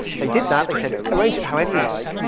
they did that. they said arrange it however you like.